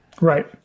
Right